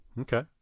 okay